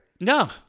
No